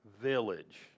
village